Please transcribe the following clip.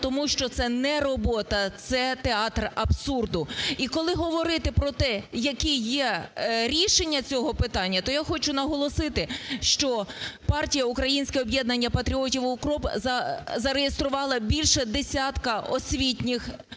тому що це не робота, це театр абсурду. І коли говорити про те, які є рішення цього питання, то я хочу наголосити, що Партія "Українське об'єднання патріотів – УКРОП" зареєструвала більше десятка освітніх